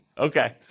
Okay